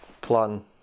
plan